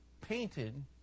painted